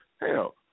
hell